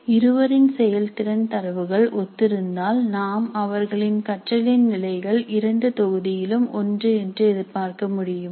இருவரின் செயல்திறன் தரவுகள் ஒத்திருந்தால் நாம் அவர்களின் கற்றலின் நிலைகள் இரண்டு தொகுதியிலும் ஒன்று என்று எதிர்பார்க்க முடியுமா